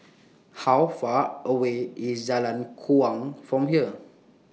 How Far away IS Jalan Kuang from here